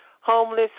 homeless